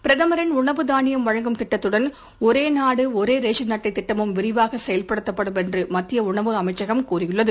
பிரதமரின் உணவு தானியம் வழங்கும் திட்டத்துடன் ஒரே நாடு ஒரே ரேஷன் அட்டை திட்டமும் விரிவாக செயல்படுத்தப்படும் என்று மத்திய உணவு அமைச்சகம் கூறியுள்ளது